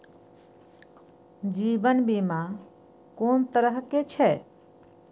जीवन बीमा कोन तरह के छै?